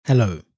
Hello